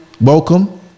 welcome